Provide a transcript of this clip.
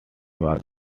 was